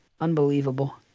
Unbelievable